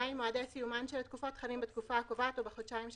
(2)מועדי סיומן של התקופות חלים בתקופה הקובעת או בחודשיים שאחריה.